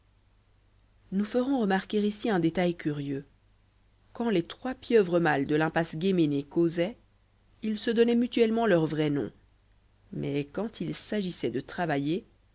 nous ferons remarquer ici un détail curieux quand les trois pieuvres mâles de l'impasse guéménée causaient ils se donnaient mutuellement leurs vrais noms mais quand il s'agissait de travailler